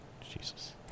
Jesus